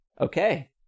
Okay